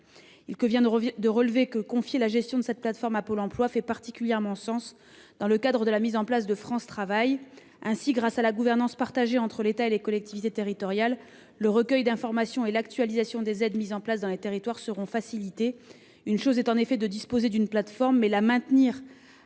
Il convient de relever que confier la gestion de cette plateforme à Pôle emploi fait particulièrement sens dans le cadre de la mise en place de France Travail. Ainsi, grâce à la gouvernance partagée entre l'État et les collectivités territoriales, le recueil d'information et l'actualisation des aides mises en place dans les territoires seront facilités. C'est une chose de disposer d'une plateforme ; la maintenir